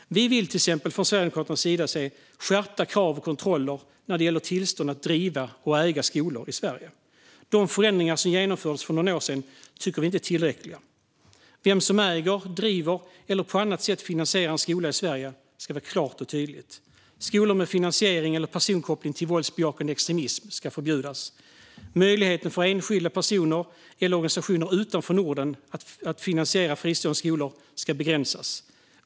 Vi vill till exempel från Sverigedemokraternas sida se skärpta krav och kontroller när det gäller tillstånd att driva och äga skolor i Sverige. De förändringar som genomfördes för några år sedan tycker vi inte är tillräckliga. Vem som äger, driver eller på annat sätt finansierar en skola i Sverige ska vara klart och tydligt. Skolor med finansiell koppling eller personkoppling till våldsbejakande extremism ska förbjudas. Möjligheten för enskilda personer eller organisationer utanför Norden att finansiera fristående skolor ska begränsas.